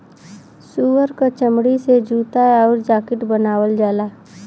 सूअर क चमड़ी से जूता आउर जाकिट बनावल जाला